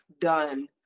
done